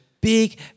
big